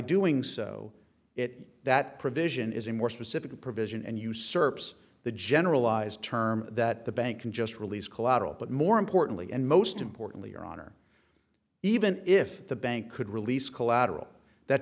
doing so it that provision is a more specific provision and usurps the generalized term that the bank can just release collateral but more importantly and most importantly your honor even if the bank could release collateral that